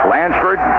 Lansford